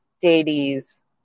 deities